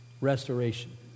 restoration